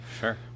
sure